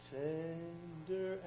tender